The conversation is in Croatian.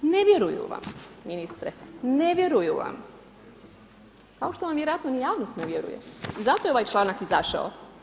Ne vjeruju vam ministre, ne vjeruju vam, kao što vam vjerojatno ni javnost ne vjeruje i zato je ovaj članak izašao.